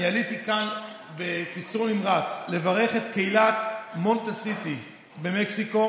אני עליתי כאן לברך בקיצור נמרץ את קהילת מונטי סיטי במקסיקו